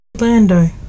Orlando